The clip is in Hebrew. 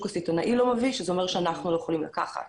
הסיטונאי לא מביא וזה אומר שאנחנו לא יכולים לקחת,